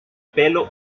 pelo